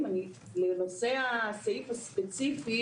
אני חייבת לומר אפילו יוצאת דופן.